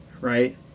right